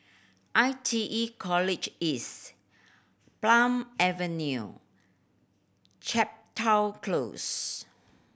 I T E College East Palm Avenue Chepstow Close